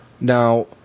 Now